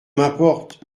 m’importe